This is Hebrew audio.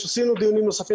עשינו דיונים נוספים,